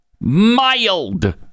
mild